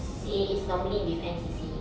C_C_A is normally with N_C_C